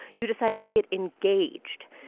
you decide to get engaged.